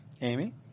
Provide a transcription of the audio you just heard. Amy